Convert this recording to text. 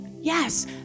Yes